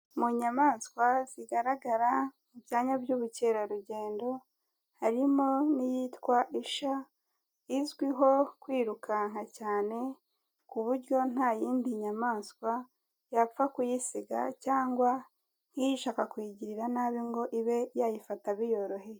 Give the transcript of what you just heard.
Mu nyamaswa zigaragara mu byanya by'ubukerarugendo, harimo n'iyitwa isha izwiho kwirukanka cyane ku buryo nta yindi nyamaswa yapfa kuyisiga cyangwa nk'ishaka kuyigirira nabi ngo ibe yayifata biyoroheye.